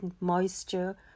moisture